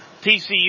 TCU